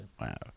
wow